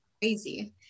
crazy